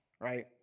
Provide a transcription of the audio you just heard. right